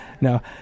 No